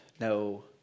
no